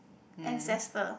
ancestor